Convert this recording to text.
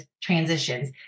transitions